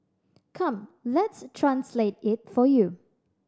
come let's translate it for you